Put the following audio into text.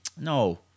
no